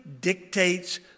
dictates